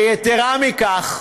ויתרה מזו,